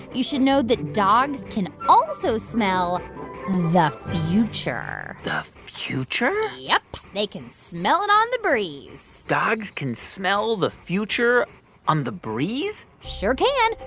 you should know that dogs can also smell the future the future? yup. they can smell it on the breeze dogs can smell the future on the breeze? sure can.